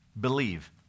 Believe